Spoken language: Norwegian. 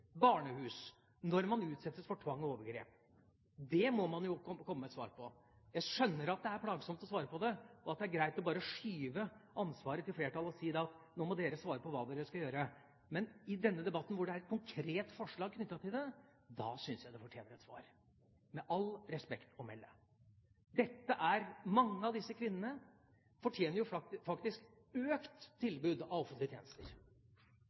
barnehus når de utsettes for tvang og overgrep? Det må man komme med et svar på. Jeg skjønner at det er plagsomt å svare på det, og at det er greit å bare skyve ansvaret over til flertallet og si at nå må dere svare på hva dere skal gjøre. Men i denne debatten, hvor det er et konkret forslag knyttet til dette, syns jeg det fortjener et svar – med respekt å melde. Mange av disse kvinnene fortjener faktisk et økt tilbud av offentlig tjenester.